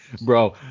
Bro